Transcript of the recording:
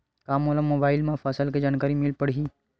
का मोला मोबाइल म फसल के जानकारी मिल पढ़ही?